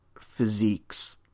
physiques